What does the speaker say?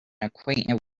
acquainted